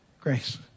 Grace